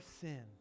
sin